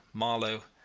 marlow,